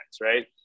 Right